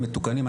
מתוקנים,